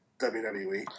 WWE